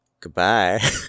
Goodbye